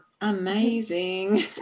amazing